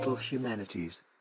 Humanities